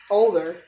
older